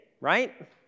right